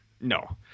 No